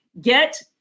get